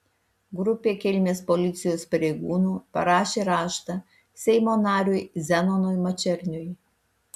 grupė kelmės policijos pareigūnų parašė raštą seimo nariui zenonui mačerniui